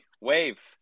Wave